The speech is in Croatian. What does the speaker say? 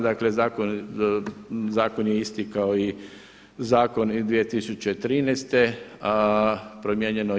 Dakle, zakon je isti kao i zakon iz 2013., promijenjeno ime.